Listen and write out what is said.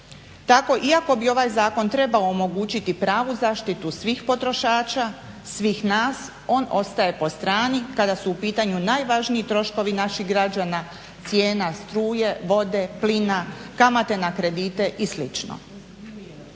Tako iako bi ovaj zakon trebao omogućiti pravu zaštitu svih potrošača, svih nas, on ostaje po strani kada su u pitanju najvažniji troškovi naših građana cijena struje, vode, plina, kamate na kredite i sl.